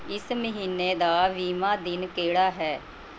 ਇਸ ਮਹੀਨੇ ਦਾ ਵੀਹਵਾਂ ਦਿਨ ਕਿਹੜਾ ਹੈ